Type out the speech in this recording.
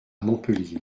montpellier